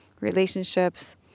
relationships